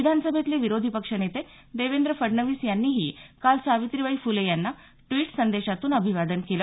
विधानसभेतले विरोधीपक्ष नेते देवेंद्र फडणवीस यांनीही काल सावित्रीबाई फुले यांना ड्वीट संदेशातून अभिवादन केलं